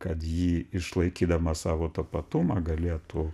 kad ji išlaikydama savo tapatumą galėtų